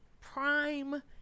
prime